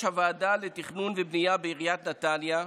הוועדה לתכנון ובנייה בעיריית נתניה.